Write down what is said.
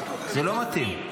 זה לא מתאים.